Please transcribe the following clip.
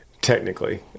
Technically